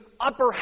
upper